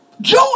Joy